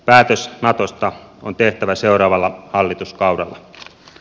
päätös natosta on tehtävä seuraavalla hallituskaudella